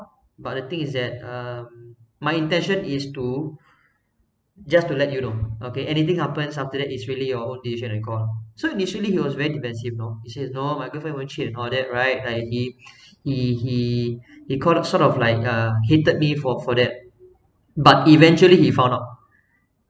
but the thing is that um my intention is to just to let you know okay anything happens after that it's really your own decision and call so initially he was very defensive you know he says no my girlfriend weren't she and all that right like he he he he caught up sort of like uh hated me for for that but eventually he found out